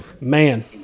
Man